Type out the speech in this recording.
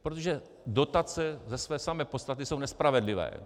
Protože dotace ze své samé podstaty jsou nespravedlivé.